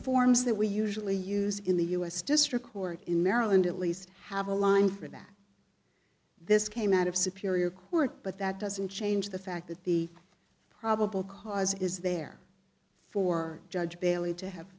forms that we usually use in the u s district court in maryland at least have a line for that this came out of superior court but that doesn't change the fact that the probable cause is there for judge bailey to have